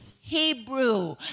Hebrew